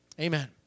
Amen